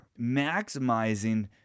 maximizing